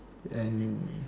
and